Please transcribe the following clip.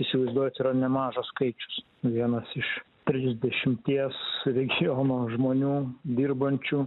įsivaizduojat yra nemažas skaičius vienas iš trisdešimties regiono žmonių dirbančių